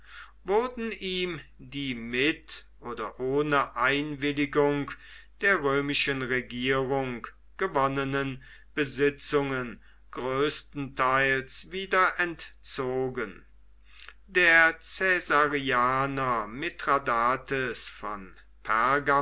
wurden ihm die mit oder ohne einwilligung der römischen regierung gewonnenen besitzungen größtenteils wieder entzogen der caesarianer mithradates von